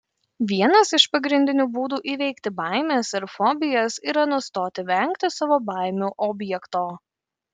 vienas iš pagrindinių būdų įveikti baimes ir fobijas yra nustoti vengti savo baimių objekto